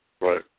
Right